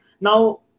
now